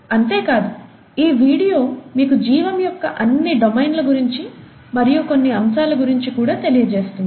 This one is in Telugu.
అంతేకాదు ఈ వీడియో మీకు జీవం యొక్క అన్ని డొమైన్ల గురించి మరియు కొన్ని అంశాల గురించి కూడా తెలియజేస్తుంది